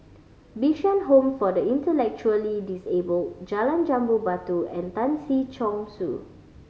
Bishan Home for the Intellectually Disabled Jalan Jambu Batu and Tan Si Chong Su